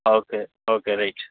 okay okay right